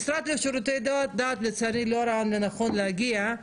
המשרד לשירותי דת לצערי לא ראה לנכון להגיע.